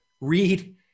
read